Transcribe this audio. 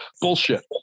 bullshit